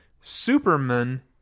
Superman